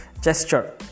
gesture